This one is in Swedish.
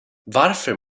varför